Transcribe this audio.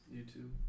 YouTube